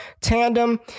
tandem